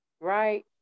right